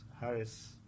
Harris